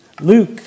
Luke